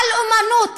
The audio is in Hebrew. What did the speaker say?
על אמנות.